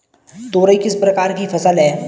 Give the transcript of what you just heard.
तोरई किस प्रकार की फसल है?